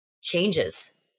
changes